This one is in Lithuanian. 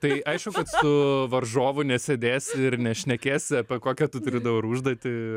tai aišku kad su varžovu nesėdėsi ir nešnekėsi apie kokią tu turi dabar užduotį